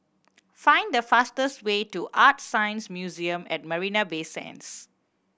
find the fastest way to ArtScience Museum at Marina Bay Sands